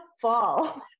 fall